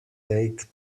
take